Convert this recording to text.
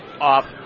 off